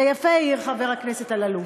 ויפה העיר חבר הכנסת אלאלוף,